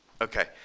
Okay